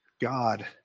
God